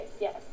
yes